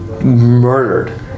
Murdered